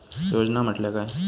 योजना म्हटल्या काय?